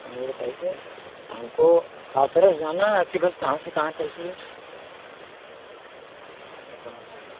यह बताइए हमको हथरस जाना है आपकी बस कहाँ से कहाँ चलती है हाँ